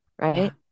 right